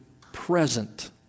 present